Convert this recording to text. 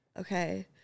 Okay